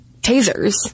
tasers